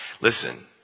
Listen